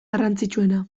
garrantzitsuena